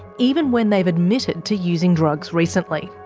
even when they've admitted to using drugs recently.